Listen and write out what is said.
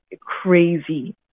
crazy